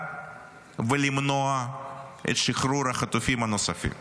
ולמנוע את שחרור החטופים הנוספים.